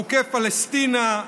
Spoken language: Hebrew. חוקי פלשתינה,